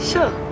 Sure